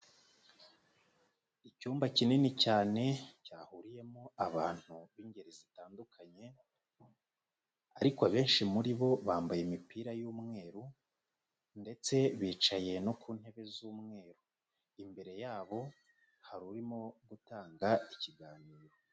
Icyumba kinini cyane cyahuriyemo abantu b'ingeri zitandukanye ariko abenshi muri bo bambaye imipira y'umweru ndetse bicaye no ku ntebe z'umweru. Imbere yabo hari urimo utanga ikiganiro.